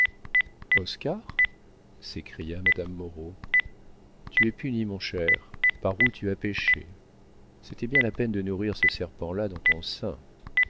oscar s'écria madame moreau tu es puni mon cher par où tu as péché c'était bien la peine de nourrir ce serpent là dans ton sein